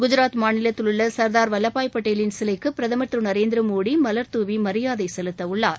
குஜராத் மாநிலத்திலுள்ள சுர்தார் வல்லபாய் படேலின் சிலைக்கு பிரதமர் திரு நரேந்திர மோடி மலர்தூவி மரியாதை செலுத்த உள்ளார்